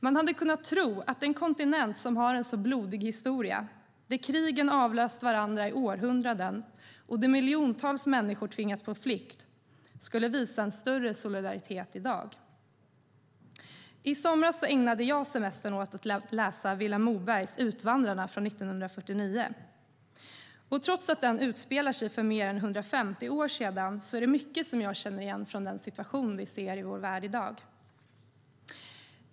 Man hade kunnat tro att en kontinent som har en så blodig historia, där krigen avlöst varandra i århundraden och där miljontals människor tvingats på flykt, skulle visa en större solidaritet i dag. I somras ägnade jag semestern åt att läsa Vilhelm Mobergs Utvandrarna från 1949. Trots att den utspelar sig för mer än 150 år sedan är det mycket som jag känner igen från den situation vi ser i vår värld i dag.